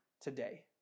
today